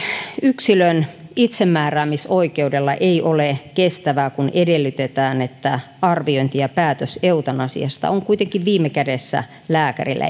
yksilön itsemääräämisoikeudella ei ole kestävää kun edellytetään että arviointi ja päätös eutanasiasta on kuitenkin viime kädessä lääkäreillä